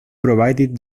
provided